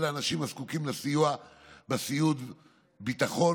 לאנשים הזקוקים לסיוע בסיעוד ביטחון,